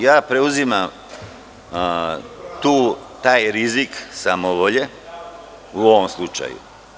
Ja preuzimam taj rizik samovolje u ovom slučaju.